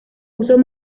usos